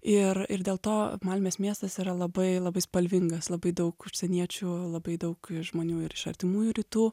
ir ir dėl to malmės miestas yra labai labai spalvingas labai daug užsieniečių labai daug žmonių ir iš artimųjų rytų